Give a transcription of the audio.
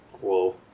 Whoa